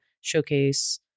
showcase –